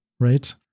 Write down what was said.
right